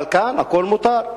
אבל כאן הכול מותר.